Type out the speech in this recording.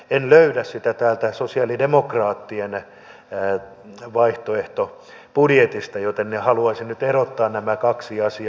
en löydä sitä täältä sosialidemokraattien vaihtoehtobudjetista joten haluaisin nyt erottaa nämä kaksi asiaa